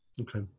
okay